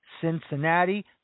Cincinnati